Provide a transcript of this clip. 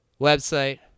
Website